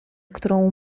którą